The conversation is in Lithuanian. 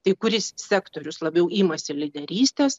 tai kuris sektorius labiau imasi lyderystės